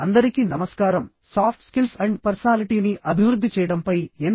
అందరికీ నమస్కారం soft skills and పర్సనాలిటీని అభివృద్ధి చేయడంపై ఎన్